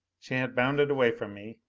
she had bounded away from me,